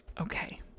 Okay